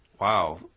wow